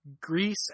Greece